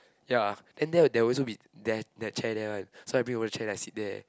ya then there there'll also be there there chair there one so I bring own chair and sit there